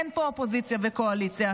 אין פה אופוזיציה וקואליציה,